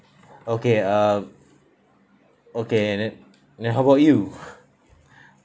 okay uh okay and then then how about you